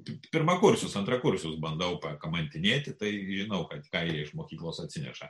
t pirmakursius antrakursius bandau pakamantinėti tai žinau ką jie iš mokyklos atsineša